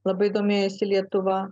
labai domėjosi lietuva